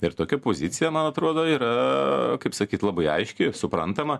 ir tokia pozicija man atrodo yra kaip sakyt labai aiški ir suprantama